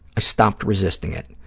i stopped resisting it.